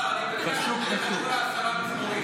כבוד השר, כבוד השר, אני, שתחלקו לעשרה מזמורים.